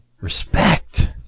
Respect